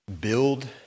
build